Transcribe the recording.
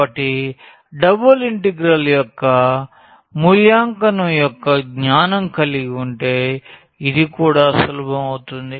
కాబట్టి double integral యొక్క మూల్యాంకనం యొక్క జ్ఞానం కలిగి ఉంటే ఇది కూడా సులభం అవుతుంది